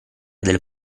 del